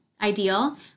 ideal